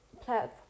platform